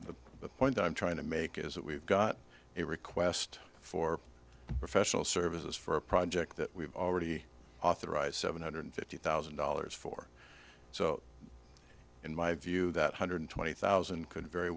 the point i'm trying to make is that we've got a request for professional services for a project that we've already authorized seven hundred fifty thousand dollars for so in my view that hundred twenty thousand could very